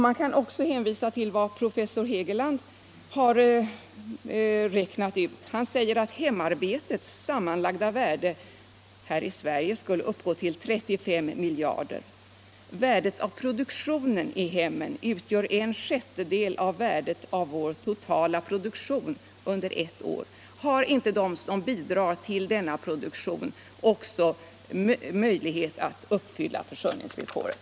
Man kan också hänvisa till vad professor Hegeland har räknat ut. Han säger att hemarbetets sammanlagda värde här i Sverige skulle uppgå till 35 miljarder och att värdet av produktionen i hemmen utgör en sjättedel av värdet av vår totala produktion under ett år. Har inte de som bidrar till denna produktion möjlighet att uppfylla försörjningsvillkoret?